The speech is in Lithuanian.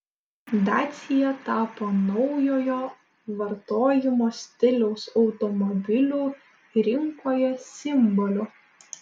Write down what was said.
dacia tapo naujojo vartojimo stiliaus automobilių rinkoje simboliu